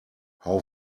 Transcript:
how